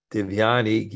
Divyani